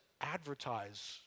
advertise